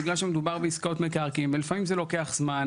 בגלל שמדובר בעסקאות מקרקעין ולפעמים זה לוקח זמן,